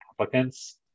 applicants